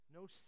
no